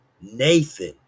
Nathan